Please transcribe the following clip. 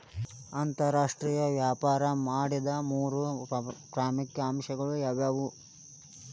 ಅಂತರಾಷ್ಟ್ರೇಯ ವ್ಯಾಪಾರ ಮಾಡೋದ್ ಮೂರ್ ಪ್ರಮುಖ ಅಂಶಗಳು ಯಾವ್ಯಾವು?